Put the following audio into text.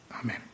Amen